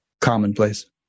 commonplace